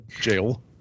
jail